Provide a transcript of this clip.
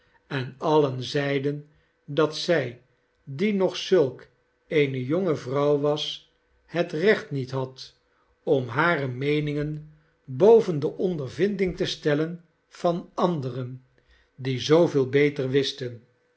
en alien zeiden dat zij die nog zulk eene jonge vrouw was het recht niet had om hare meeningen boven de ondervinding te stellen van anderen die zooveel beter wisten